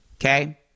Okay